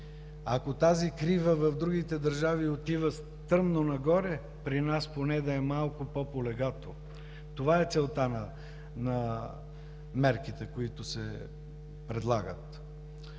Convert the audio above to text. Ако тази крива в другите държави отива стръмно нагоре, при нас поне да е малко по-полегато. Това е целта на мерките, които се предлагат.